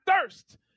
thirst